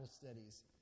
studies